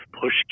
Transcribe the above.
push